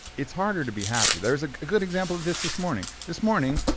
it's harder to be happy. there's a good example of this this morning. this morning,